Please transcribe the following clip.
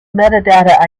metadata